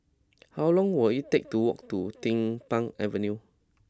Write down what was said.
how long will it take to walk to Din Pang Avenue